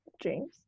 dreams